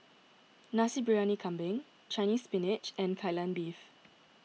Nasi Briyani Kambing Chinese Spinach and Kai Lan Beef